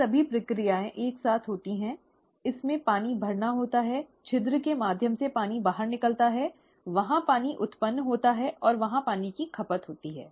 ये सभी प्रक्रियाएँ एक साथ होती हैं इसमें पानी भरना होता है छिद्र के माध्यम से पानी बाहर निकलता है वहाँ पानी उत्पन्न होता है और वहाँ पानी की खपत होती है